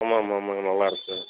ஆமாம் ஆமாம்ங்க நல்லாருக்கு